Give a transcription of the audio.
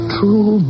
True